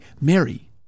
Mary